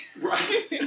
Right